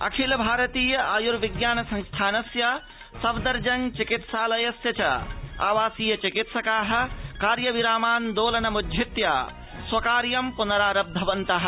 अखिलभारतीय आय्र्विज्ञान संस्थानस्य सफदरजंग चिकित्सालयस्य च आवासीय चिकित्सकाः कार्यविरामान्दोलनं समाप्य स्वकार्य पुनरारब्धवन्तः